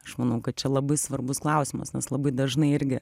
aš manau kad čia labai svarbus klausimas nes labai dažnai irgi